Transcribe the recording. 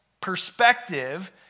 perspective